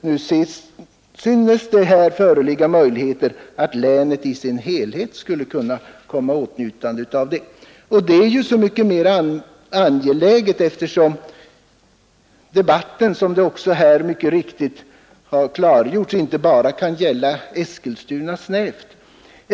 Nu synes det föreligga möjligheter för företag i länet i dess helhet att komma i åtnjutande av lokaliseringslån. Det är så mycket mera angeläget som frågan — det har här också mycket riktigt klargjorts — inte bara kan gälla Eskilstuna.